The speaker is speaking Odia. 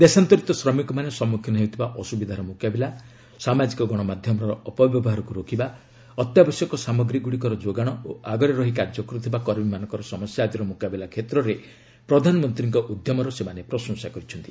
ଦେଶାନ୍ତରିତ ଶ୍ରମିକମାନେ ସମ୍ମୁଖୀନ ହେଉଥିବା ଅସୁବିଧାର ମୁକାବିଲା ସାମାଜିକ ଗଣମାଧ୍ୟମର ଅପବ୍ୟବହାରକୁ ରୋକିବା ଅତ୍ୟାବଶ୍ୟକ ସାମଗ୍ରୀଗୁଡ଼ିକର ଯୋଗାଣ ଓ ଆଗରେ ରହି କାର୍ଯ୍ୟ କରୁଥିବା କର୍ମୀମାନଙ୍କ ସମସ୍ୟା ଆଦିର ମୁକାବିଲା କ୍ଷେତ୍ରରେ ପ୍ରଧାନମନ୍ତ୍ରୀଙ୍କ ଉଦ୍ୟମର ସେମାନେ ପ୍ରଶଂସା କରିଛନ୍ତି